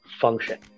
function